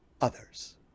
others